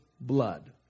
blood